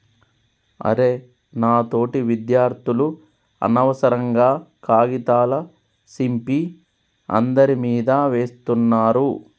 అరె నా తోటి విద్యార్థులు అనవసరంగా కాగితాల సింపి అందరి మీదా వేస్తున్నారు